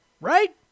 Right